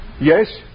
Yes